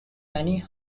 many